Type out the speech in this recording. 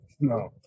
No